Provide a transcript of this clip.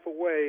away